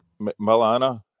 Milana